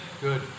Good